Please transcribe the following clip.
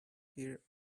here